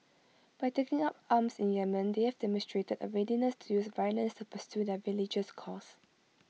by taking up arms in Yemen they have demonstrated A readiness to use violence to pursue their religious cause